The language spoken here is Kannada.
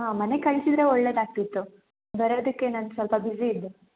ಹಾಂ ಮನೆಗೆ ಕಳಿಸಿದ್ದರೆ ಒಳ್ಳೇದಾಗ್ತಿತ್ತು ಬರೋದಿಕ್ಕೆ ನಾನು ಸ್ವಲ್ಪ ಬಿಝಿ ಇದ್ದೆ